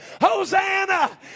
Hosanna